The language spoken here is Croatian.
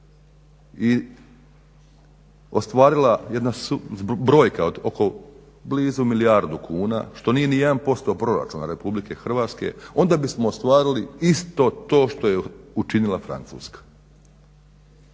i ostvarila jedna brojka od oko blizu milijardu kuna što nije ni 1% proračuna RH onda bismo ostvarili isto to što je učinila Francuska.